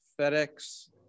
FedEx